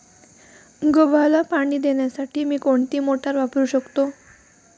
गव्हाला पाणी देण्यासाठी मी कोणती मोटार वापरू शकतो?